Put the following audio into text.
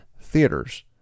theaters